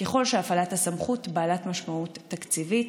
ככל שהפעלת הסמכות בעלת משמעות תקציבית,